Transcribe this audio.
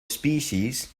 species